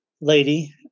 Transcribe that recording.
lady